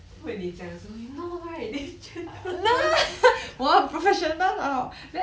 问你讲的时候 you know right this gentle bones